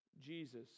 Jesus